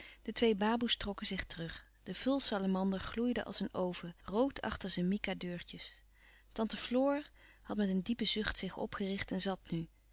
de twee baboes trokken zich terug de vulsalamander gloeide als een oven rood achter zijn mica deurtjes tante floor had met een diepen zucht zich opgericht en zat nu